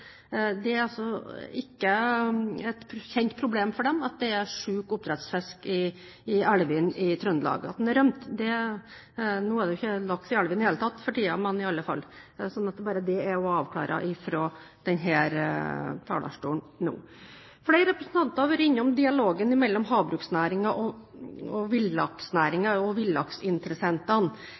det ikke er et kjent problem for dem at det er syk oppdrettsfisk i elvene i Trøndelag, men det er rømt fisk – nå er det jo ikke laks i elvene i det hele tatt for tiden. Bare så det også er avklart nå fra denne talerstolen. Flere representanter har vært innom dialogen mellom havbruksnæringen, villaksnæringen og